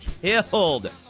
Killed